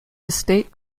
estate